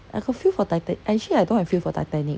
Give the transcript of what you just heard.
I got feel for tita~ actually I don't have feel for titanic